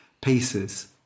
pieces